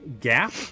gap